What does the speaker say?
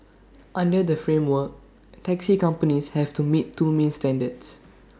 under the framework taxi companies have to meet two main standards